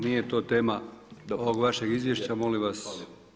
Nije to tema ovog vašeg izvješća, molim vas.